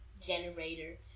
generator